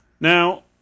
now